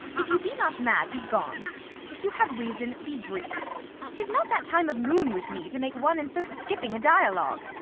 if you be not mad, be gone if you have reason, be brief t is not that time of moon with me to make one in so skipping a dialogue.